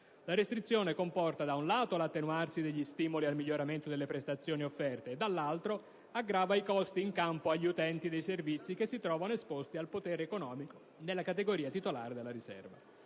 La restrizione, da un lato, comporta l'attenuarsi degli stimoli al miglioramento delle prestazioni offerte e, dall'altro, aggrava i costi in capo agli utenti dei servizi che si trovano esposti al potere economico della categoria titolare della riserva.